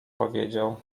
powiedział